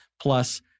Plus